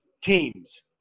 teams